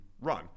run